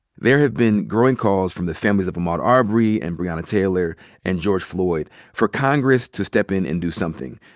there have been growing calls from the families of ahmaud arbery and breonna taylor and george floyd for congress to step in and do something.